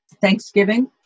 thanksgiving